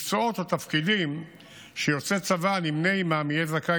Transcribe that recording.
מקצועות או תפקידים שיוצא צבא הנמנה עימם יהיה זכאי